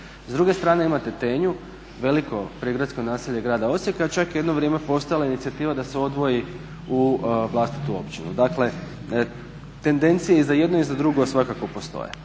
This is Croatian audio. S druge strane imate Tenju, veliko prigradsko naselje grada Osijeka Čak je jedno vrijeme postojala inicijativa da se odvoji u vlastitu općinu. Dakle, tendencije i za jedno i za drugo svakako postoje.